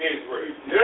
Israel